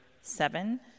seven